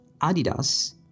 Adidas